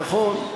נכון.